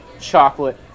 chocolate